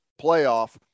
playoff